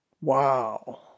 Wow